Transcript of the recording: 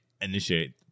initiate